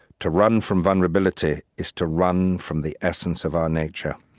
to run from vulnerability is to run from the essence of our nature,